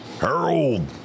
Harold